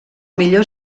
millor